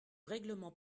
règlement